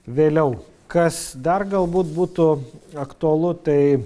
vėliau kas dar galbūt būtų aktualu tai